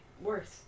worse